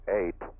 eight